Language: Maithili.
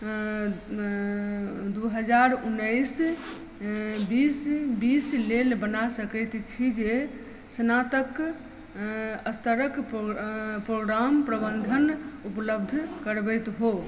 दू हजार उन्नैस बीस बीस लेल बना सकैत छी जे स्नातक स्तरक प्रोगाम प्रबंधन उपलब्ध करबैत हो